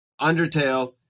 Undertale